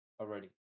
already